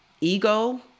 ego